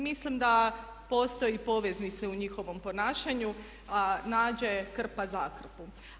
Mislim da postoji poveznica u njihovom ponašanju, a nađe krpa zakrpu.